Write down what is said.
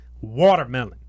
Watermelon